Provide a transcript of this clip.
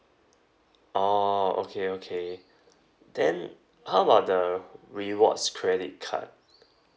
orh okay okay then how about the rewards credit card